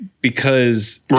because-